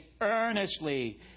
earnestly